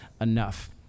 enough